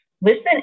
Listen